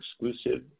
exclusive